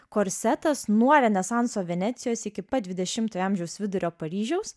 korsetas nuo renesanso venecijos iki pat dvidešimtojo amžiaus vidurio paryžiaus